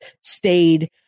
stayed